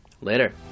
Later